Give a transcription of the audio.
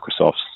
Microsoft's